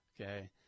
okay